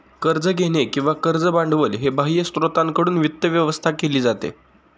कर्ज घेणे किंवा कर्ज भांडवल हे बाह्य स्त्रोतांकडून वित्त व्यवस्था केली जाते